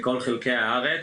מכל חלקי הארץ.